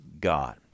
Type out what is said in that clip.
God